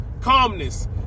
Calmness